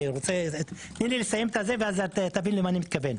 תני לי לסיים ואז תביני למה אני מתכוון.